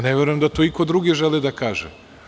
Ne verujem da to iko drugi želi da kaže.